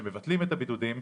שמבטלים את הבידודים,